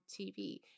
TV